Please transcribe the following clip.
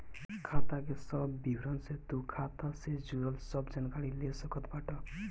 खाता के सब विवरण से तू खाता से जुड़ल सब जानकारी ले सकत बाटअ